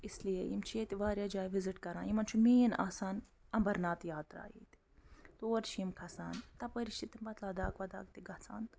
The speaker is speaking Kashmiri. اس لیے یِم چھِ ییٚتہِ واریاہ جایہِ وِزِٹ کران یِمَن چھُ مین آسان امبَرناتھ یاترٛاہ ییٚتہِ تور چھِ یِم کھسان تپٲرۍ چھِ تِم پتہٕ لڈاخ وَداخ تہِ گژھان